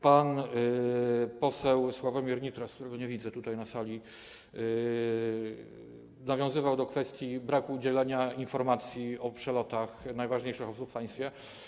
Pan poseł Sławomir Nitras, którego nie widzę na sali, nawiązywał do kwestii braku udzielania informacji o przelotach najważniejszych osób w państwie.